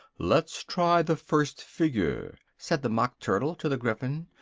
let's try the first figure! said the mock turtle to the gryphon,